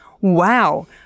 Wow